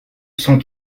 cent